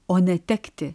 o netekti